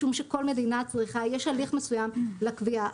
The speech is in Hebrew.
יש הליך מסוים לקביעה,